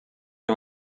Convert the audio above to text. que